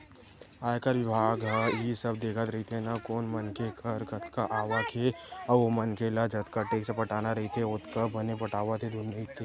आयकर बिभाग ह इही सब देखत रहिथे ना कोन मनखे कर कतका आवक हे अउ ओ मनखे ल जतका टेक्स पटाना रहिथे ओतका बने पटावत हे धुन नइ ते